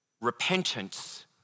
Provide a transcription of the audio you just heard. Repentance